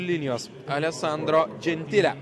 linijos alesandro džentile